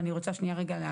ואני רוצה להבין.